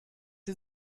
die